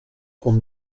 qu’on